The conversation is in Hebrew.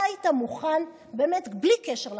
אתה היית מוכן, באמת בלי קשר לממשלה,